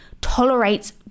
tolerates